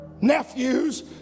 nephews